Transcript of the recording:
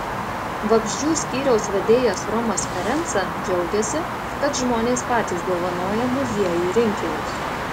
vabzdžių skyriaus vedėjas romas ferenca džiaugiasi kad žmonės patys dovanoja muziejui rinkinius